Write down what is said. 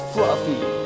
Fluffy